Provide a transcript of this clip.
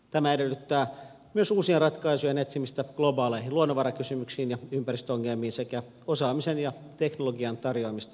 tämä edellyttää myös uusien ratkaisujen etsimistä globaaleihin luonnonvarakysymyksiin ja ympäristöongelmiin sekä osaamisen ja teknologian tarjoamista ratkaisujen toteuttamiseen